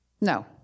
No